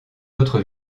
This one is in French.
autres